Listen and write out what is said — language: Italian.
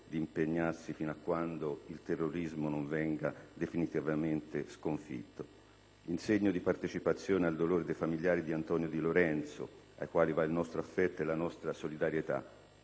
di impegnarsi fino a quando il terrorismo non venga definitivamente sconfitto. In segno di partecipazione al dolore dei familiari di Antonio de Lorenzo, ai quali va il nostro affetto e la nostra solidarietà,